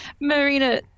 Marina